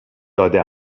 داده